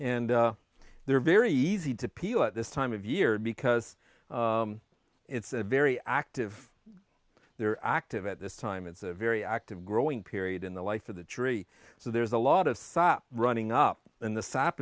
and they're very easy to peel at this time of year because it's a very active they're active at this time it's a very active growing period in the life of the tree so there's a lot of sop running up in the sap